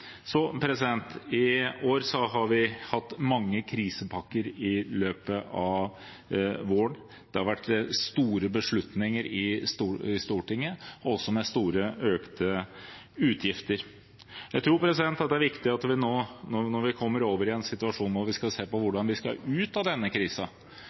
I år har vi hatt mange krisepakker i løpet av våren. Det har vært store beslutninger i Stortinget, og også med store økte utgifter. Jeg tror det er viktig at vi nå, når vi kommer over i en situasjon der vi skal se på